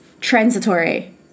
transitory